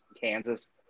Kansas